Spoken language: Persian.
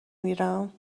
میرم